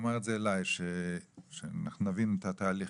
הוא אמר את זה אליי שאנחנו נבין את התהליכים.